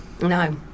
No